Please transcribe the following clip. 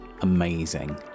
Amazing